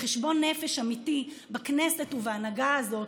לחשבון נפש אמיתי בכנסת ובהנהגה הזאת,